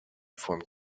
formed